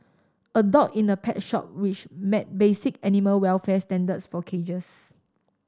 a dog in a pet shop which met basic animal welfare standards for cages